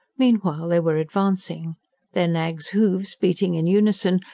meanwhile they were advancing their nags' hoofs, beating in unison,